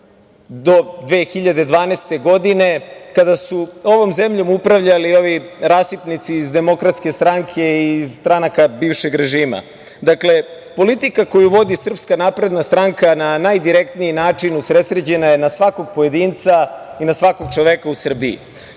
do 2012. godine, kada su ovom zemljom upravljali ovi rasipnici iz Demokratske stranke i iz stranaka bivšeg režima. Dakle, politika koju vodi SNS na najdirektniji način usredsređena je na svakog pojedinca i na svakog čoveka u Srbiji. Kada